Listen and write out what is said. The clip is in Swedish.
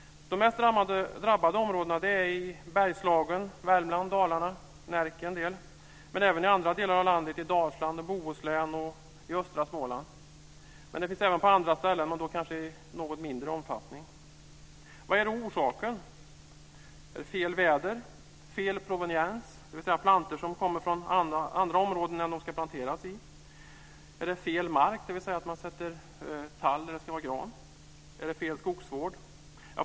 De mest drabbade områdena är i Bergslagen, Värmland-Dalarna och en del i Närke. Men skador finns även i andra delar av landet som i Dalsland, Bohuslän och i östra Småland. De finns även på andra ställen men då kanske i något mindre omfattning. Vad är då orsaken? Är det fel väder, fel proveniens, dvs. plantor som kommer från andra områden än dem som de ska planteras i, fel mark, dvs. att man sätter tall där det ska vara gran, eller är det fel skogsvård?